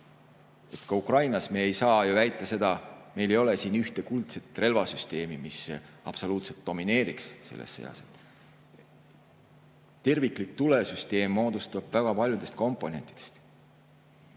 Ka Ukrainas me ei saa ju seda väita, ei ole siin ühtegi kuldset relvasüsteemi, mis absoluutselt domineeriks selles sõjas. Terviklik tulesüsteem moodustub väga paljudest komponentidest.